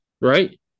right